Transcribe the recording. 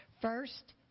First